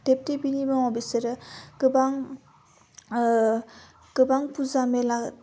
देभ देभिनि मुङाव बिसोरो गोबां गोबां फुजा मेला